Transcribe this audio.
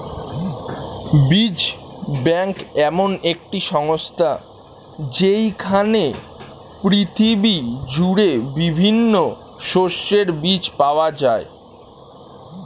বীজ ব্যাংক এমন একটি সংস্থা যেইখানে পৃথিবী জুড়ে বিভিন্ন শস্যের বীজ পাওয়া যায়